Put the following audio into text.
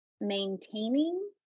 maintaining